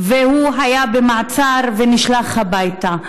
היה במעצר ונשלח הביתה,